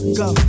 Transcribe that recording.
go